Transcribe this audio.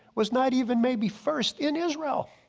was not even maybe first in israel.